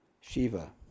Shiva